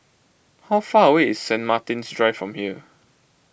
how far away is Sant Martin's Drive from here